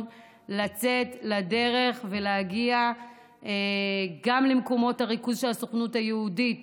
לצאת לדרך ולהגיע גם למקומות הריכוז שהסוכנות היהודית